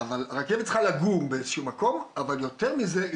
צריכה לגור באיזה שהוא מקום אבל יותר מזה היא